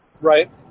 right